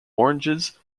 oranges